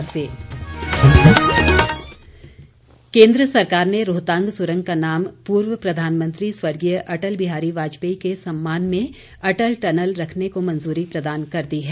मुख्यमंत्री केन्द्र सरकार ने रोहतांग सुरंग का नाम पूर्व प्रधानमंत्री स्वर्गीय अटल बिहारी वाजपेयी के सम्मान में अटल टनल रखने को मंजूरी प्रदान कर दी है